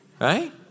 right